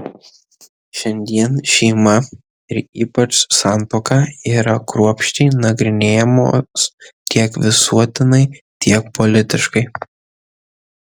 šiandien šeima ir ypač santuoka yra kruopščiai nagrinėjamos tiek visuotinai tiek politiškai